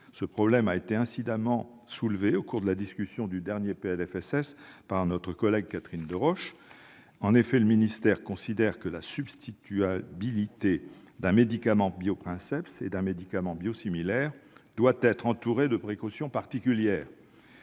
Ce problème a été incidemment soulevé au cours de la discussion du dernier PLFSS par notre collègue Catherine Deroche. En effet, le ministère considère que la substituabilité d'un médicament bioprinceps et d'un médicament biosimilaire doit être entourée de précautions particulières-